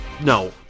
no